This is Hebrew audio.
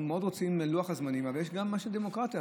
אנחנו מאוד רוצים לעמוד בלוח הזמנים אבל יש גם משהו בדמוקרטיה.